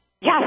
Yes